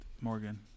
Morgan